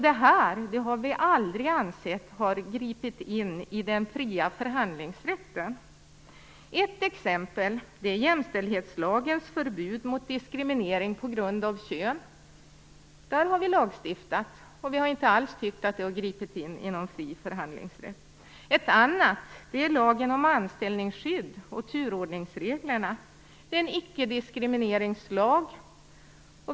Det har aldrig ansetts gripa in i den fria förhandlingsrätten. Ett exempel är jämställdhetslagens förbud mot diskriminering på grund av kön. Där har vi lagstiftat. Vi har inte alls tyckt att det har gripit in i någon fri förhandlingsrätt. Ett annat exempel är lagen om anställningsskydd och turordningsreglerna. Det är en icke-diskrimineringslag.